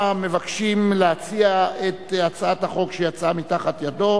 המבקשים להציע את הצעת החוק שיצאה מתחת ידו,